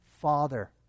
Father